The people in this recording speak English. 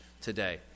today